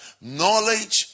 knowledge